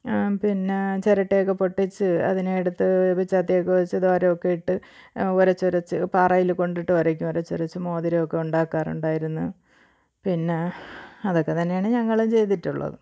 പിന്നെ ചിരട്ടയൊക്കെ പൊട്ടിച്ച് അതിനെ എടുത്ത് പിച്ചാത്തിയൊക്കെ വെച്ച് ദ്വാരമൊക്കെ ഇട്ട് ഉരച്ചൊരച്ച് പാറയിൽ കൊണ്ടിട്ട് ഉരക്കും ഉരച്ചൊരച്ച് മോതിരമൊക്കെ ഉണ്ടാക്കാറുണ്ടായിരുന്നു പിന്നെ അതക്കെ തന്നെയാണ് ഞങ്ങളും ചെയ്തിട്ടുള്ളത്